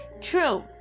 true